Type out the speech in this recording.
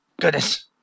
Goodness